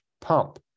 pump